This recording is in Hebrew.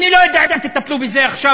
אני לא יודע אם תטפלו בזה עכשיו,